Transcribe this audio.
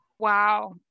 Wow